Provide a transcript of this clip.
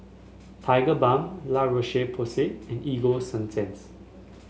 Tigerbalm La Roche Porsay and Ego Sunsense